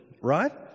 right